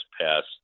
passed